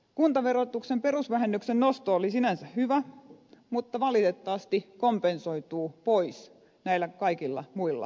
kuntaverotuksen perusvähennyksen nosto oli sinänsä hyvä mutta valitettavasti se kompensoituu pois näillä kaikilla muilla korotuksilla hintoihin